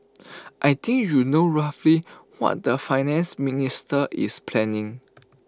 I think you know roughly what the Finance Minister is planning